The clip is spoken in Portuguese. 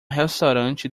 restaurante